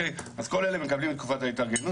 אז כל אלה מקבלים את תקופת ההתארגנות